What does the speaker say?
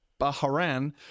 Bahrain